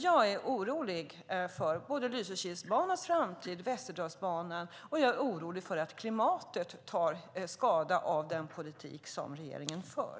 Jag är orolig för Lysekilsbanans och Västerdalsbanans framtid, och jag är orolig för att klimatet tar skada av den politik som regeringen för.